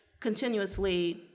continuously